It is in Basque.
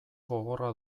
gogorra